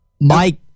Mike